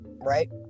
right